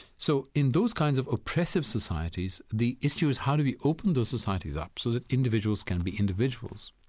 so in those kinds of oppressive societies, the issue is how do we open those societies up so that individuals can be individuals?